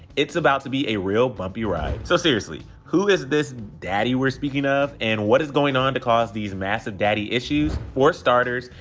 it's about to be a real bumpy ride. so seriously, who is this daddy we're speaking of, and what is going on to cause these massive daddy issues? for starters,